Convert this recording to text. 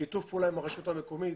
שיתוף פעולה עם הרשות המקומית,